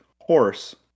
horse